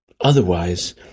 Otherwise